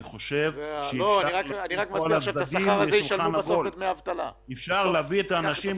אני חושב שאפשר להביא את כל הצדדים